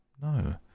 no